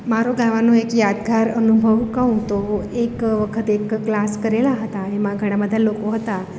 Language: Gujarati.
મારો ગાવાનો એક યાદગાર અનુભવ કહું તો એક વખત એક ક્લાસ કરેલા હતા એમાં ઘણા બધા લોકો હતા